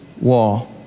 wall